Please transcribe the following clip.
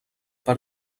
per